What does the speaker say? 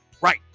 right